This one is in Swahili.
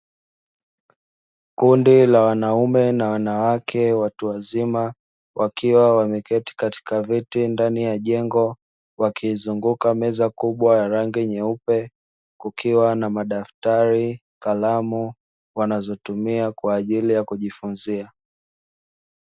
Kundi la wanaume na wanawake watuwazima wakiwa wameketi katika viti ndani ya jengo, wakizunguka meza kubwa rangi nyeupe kukiwa na madaftari kalamu wanazotumia kwa ajili ya kujifunza.